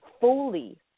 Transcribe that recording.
fully